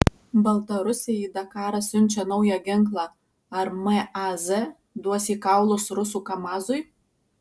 baltarusiai į dakarą siunčia naują ginklą ar maz duos į kaulus rusų kamazui